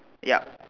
yup